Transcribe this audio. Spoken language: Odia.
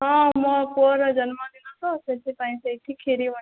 ହଁ ମୋ ପୁଅର ଜନ୍ମଦିନ ତ ସେଥିପାଇଁ ସେଇଠି କ୍ଷୀରି ବନାଇବି